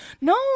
No